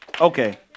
Okay